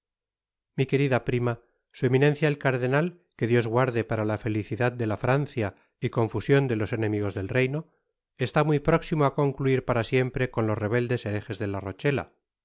mi querida prima su eminencia el cardenal que dios guarde para la felicidad de la francia y confusion delos enemigos del reino está muy próximo á concluir para siempre con los rebeldes herejes de la rochela